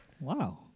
Wow